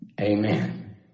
Amen